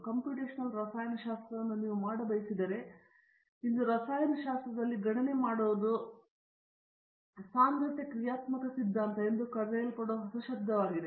computational ರಸಾಯನಶಾಸ್ತ್ರವನ್ನು ನೀವು ಮಾಡಬಯಸಿದರೆ ಇಂದು ರಸಾಯನಶಾಸ್ತ್ರದಲ್ಲಿ ಗಣನೆ ಮಾಡುವುದು ಸಾಂದ್ರತೆ ಕ್ರಿಯಾತ್ಮಕ ಸಿದ್ಧಾಂತ ಎಂದು ಕರೆಯಲ್ಪಡುವ ಹೊಸ ಶಬ್ದವಾಗಿದೆ